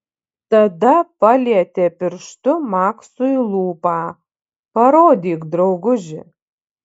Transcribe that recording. tada palietė pirštu maksui lūpą parodyk drauguži